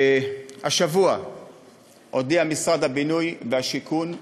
השבוע הודיע משרד הבינוי והשיכון,